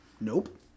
nope